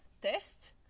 test